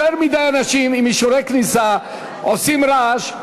יותר מדי אנשים עם אישורי כניסה עושים רעש.